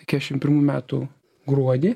kešim pirmų metų gruodį